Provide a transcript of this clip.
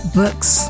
books